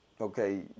okay